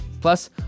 Plus